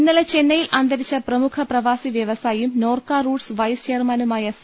ഇന്നലെ ചെന്നൈയിൽ അന്തരിച്ച പ്രമുഖ പ്രവാസി വ്യവ സായിയും നോർക്ക റൂട്ട്സ് വൈസ് ചെയർമാനുമായ സി